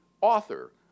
author